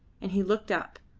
and he looked up,